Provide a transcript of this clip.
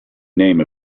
name